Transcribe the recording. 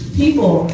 people